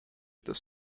des